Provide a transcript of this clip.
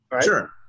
Sure